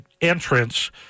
entrance